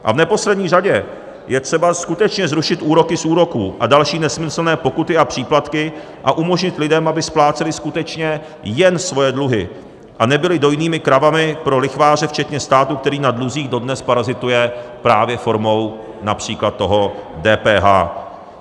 A v neposlední řadě je třeba skutečně zrušit úroky z úroků a další nesmyslné pokuty a příplatky a umožnit lidem, aby spláceli skutečně jen svoje dluhy a nebyli dojnými kravami pro lichváře včetně státu, který na dluzích dodnes parazituje právě formou například DPH.